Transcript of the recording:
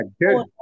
good